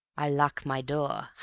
i lock my door.